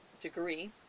degree